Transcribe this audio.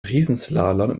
riesenslalom